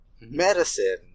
medicine